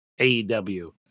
AEW